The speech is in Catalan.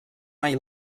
mai